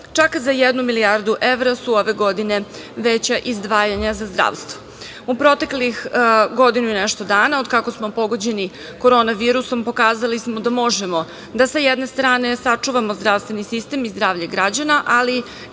Čak za jednu milijardu evra su ove godine veća izdvajanja za zdravstvo.U proteklih godinu i nešto dana od kako smo pogođeni korona virusom pokazali smo da možemo da sa jedne strane sačuvamo zdravstveni sistem i zdravlje građana, ali